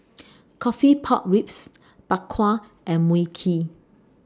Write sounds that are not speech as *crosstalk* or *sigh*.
*noise* Coffee Pork Ribs Bak Kwa and Mui Kee